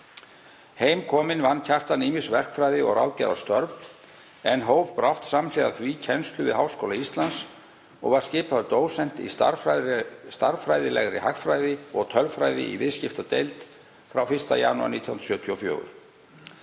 Heim kominn vann Kjartan ýmis verkfræði- og ráðgjafarstörf en hóf brátt samhliða því kennslu við Háskóla Íslands og var skipaður dósent í stærðfræðilegri hagfræði og tölfræði í viðskiptadeild frá 1. janúar 1974.